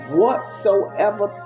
whatsoever